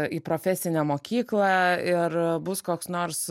į profesinę mokyklą ir bus koks nors